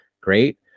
great